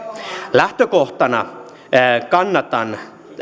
lähtökohtana kannatan